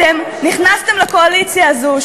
אתם נכנסתם לקואליציה הזו,